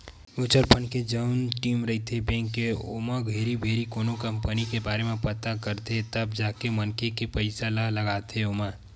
mutual fund के जउन team रहिथे बेंक के ओमन घेरी भेरी कोनो कंपनी के बारे म पता करथे तब जाके मनखे के पइसा ल लगाथे ओमा